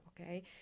okay